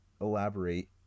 elaborate